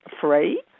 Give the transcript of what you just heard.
free